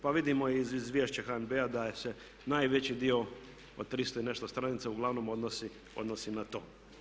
Pa vidimo iz izvješća HNB-a da se najveći dio od 300 i nešto stranica uglavnom odnosi na to.